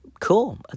Cool